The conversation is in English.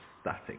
static